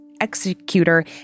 executor